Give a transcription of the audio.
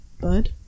Bud